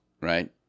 right